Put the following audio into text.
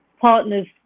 partners